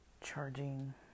charging